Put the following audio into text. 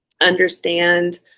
understand